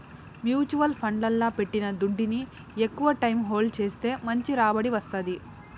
mutual ఫండ్లల్ల పెట్టిన దుడ్డుని ఎక్కవ టైం హోల్డ్ చేస్తే మంచి రాబడి వస్తాది